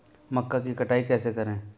मक्का की कटाई कैसे करें?